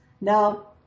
now